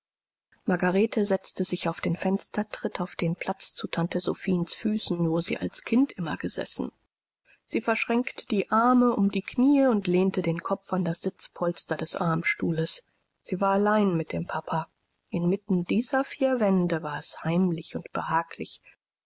margarete setzte sich auf den fenstertritt auf den platz zu tante sophiens füßen wo sie als kind immer gesessen sie verschränkte die arme um die kniee und lehnte den kopf an das sitzpolster des armstuhles sie war allein mit dem papa inmitten dieser vier wände war es heimlich und behaglich